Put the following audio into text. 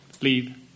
leave